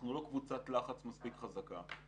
אנחנו לא קבוצת לחץ מספיק חזקה.